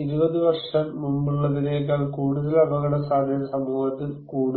20 വർഷം മുമ്പുള്ളതിനേക്കാൾ കൂടുതൽ അപകടസാധ്യത സമൂഹത്തിൽ കൂടുന്നു